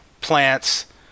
plants